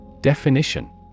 Definition